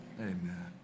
Amen